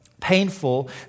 painful